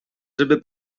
żeby